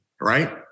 right